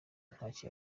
ntacyo